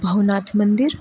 Bhavnath Mandir